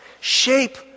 shape